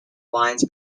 wines